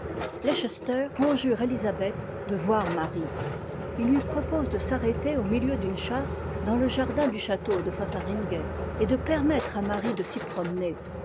leicester conjure élisabeth de voir marie il lui propose de s'arrêter au milieu d'une chasse dan le jardin du château'de fotheringay et de permettre à marie de s'y promener